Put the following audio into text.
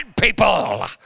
people